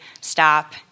stop